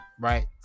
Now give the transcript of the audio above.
Right